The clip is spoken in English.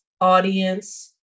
audience